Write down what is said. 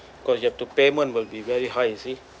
cause your two payment will be very high you see